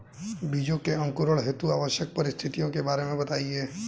बीजों के अंकुरण हेतु आवश्यक परिस्थितियों के बारे में बताइए